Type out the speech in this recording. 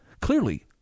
clearly